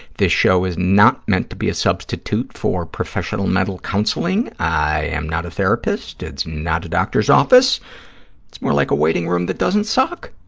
this show is not meant to be a substitute for professional mental counseling. i am not a therapist. it's not a doctor's office. it's more like a waiting room that doesn't suck.